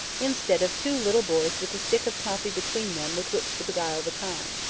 instead of two little boys with a stick of toffee between them with which to beguile the time.